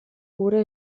cura